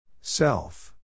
Self